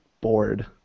bored